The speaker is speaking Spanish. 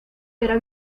era